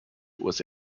was